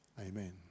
Amen